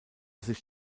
sich